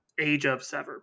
AgeOfSever